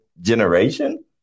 generation